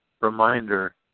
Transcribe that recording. reminder